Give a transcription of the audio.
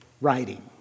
writing